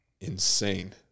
insane